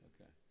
Okay